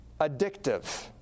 addictive